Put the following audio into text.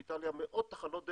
יש באיטליה מאות תחנות דלק,